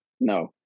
No